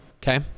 Okay